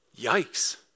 Yikes